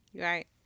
Right